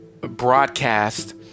broadcast